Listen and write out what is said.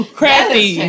crappy